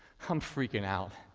i'm freaking out.